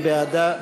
מי בעדה,